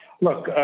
look